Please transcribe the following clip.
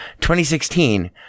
2016